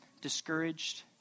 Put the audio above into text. discouraged